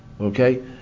Okay